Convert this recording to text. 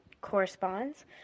corresponds